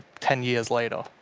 ten years later.